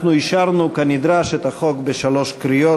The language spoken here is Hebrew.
אין מתנגדים,